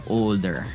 older